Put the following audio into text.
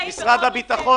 משרד הביטחון